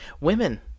Women